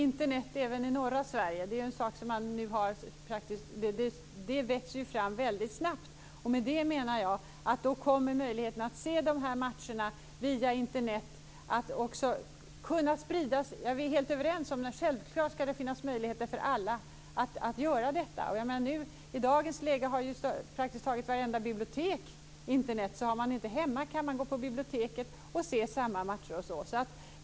Fru talman! Man har Internet även i norra Sverige. Det här växer fram väldigt snabbt. Därmed, menar jag, kommer möjligheten att se de här matcherna via Internet att spridas. Vi är helt överens om att det är en självklarhet att det skall finnas möjligheter för alla i detta avseende. I dagens läge har praktiskt taget vartenda bibliotek Internet, så om man inte har Internet hemma kan man gå till biblioteket och se matcherna.